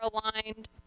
aligned